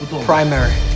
primary